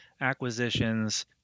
acquisitions